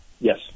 Yes